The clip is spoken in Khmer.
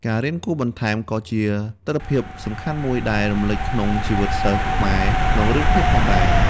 ការរៀនគួរបន្ថែម ក៏ជាទិដ្ឋភាពសំខាន់មួយដែលរំលេចក្នុងជីវិតសិស្សខ្មែរក្នុងរឿងភាគផងដែរ។